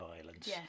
violence